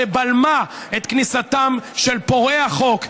שבלמה את כניסתם של פורעי החוק,